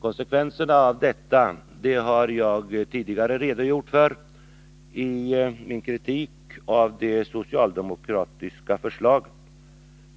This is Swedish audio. Konsekvenserna av detta har jag tidigare redogjort för i min kritik av det socialdemokratiska förslaget.